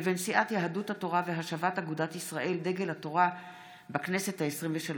לבין סיעת יהדות התורה והשבת אגודת ישראל-דגל התורה בכנסת העשרים-ושלוש,